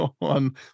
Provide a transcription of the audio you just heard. on